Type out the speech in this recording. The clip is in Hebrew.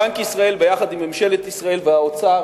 בנק ישראל, יחד עם ממשלת ישראל והאוצר